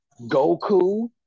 Goku